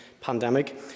pandemic